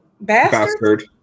Bastard